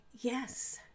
yes